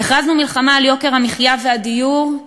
שהגיעו מכל חלקי הבית,